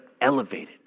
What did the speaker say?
elevated